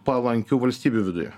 palankių valstybių viduje